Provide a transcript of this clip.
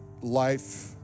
life